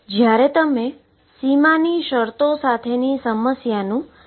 જ્યાં એ કંઈ નથી પરંતુ d2dx2 છે